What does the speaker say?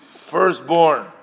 firstborn